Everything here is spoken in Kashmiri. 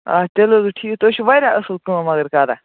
آ تیٚلہِ حظ گَو ٹھیٖک تُہۍ چھِو واریاہ اَصٕل کٲم مگر کران